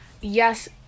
Yes